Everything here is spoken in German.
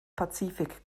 pazifik